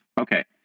Okay